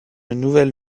nouvelle